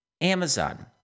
Amazon